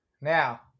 now